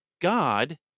god